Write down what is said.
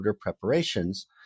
preparations